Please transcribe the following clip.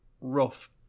rough